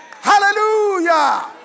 Hallelujah